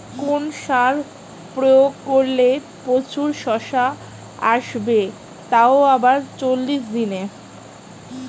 কোন সার প্রয়োগ করলে প্রচুর শশা আসবে তাও আবার চল্লিশ দিনে?